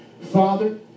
father